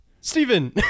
Stephen